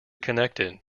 connected